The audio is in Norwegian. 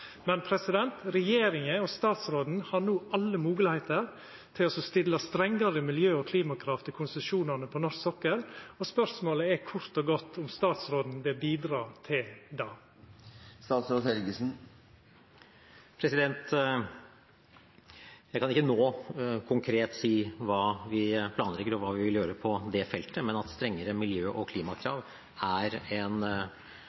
regjeringa og statsråden har no alle moglegheiter til å stilla strengare miljø- og klimakrav til konsesjonane på norsk sokkel, og spørsmålet er kort og godt om statsråden vil bidra til det. Jeg kan ikke nå konkret si hva vi planlegger, og hva vi vil gjøre på det feltet, men at strengere miljø- og